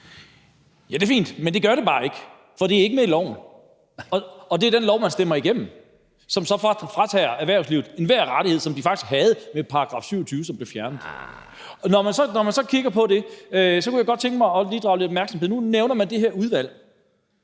det er fint, men det gør det bare ikke, for det er ikke med i loven. Og det er den lov, man stemmer igennem, som så fratager erhvervslivet enhver rettighed, som de faktisk havde med § 27, som bliver fjernet. Og når man så kigger på det, kunne jeg godt tænke mig lige at drage lidt opmærksomhed hen på en ting. Nu nævner man det her udvalg.